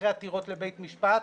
אחרי עתירות לבית משפט.